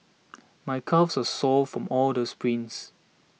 my calves are sore from all the sprints